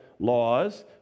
laws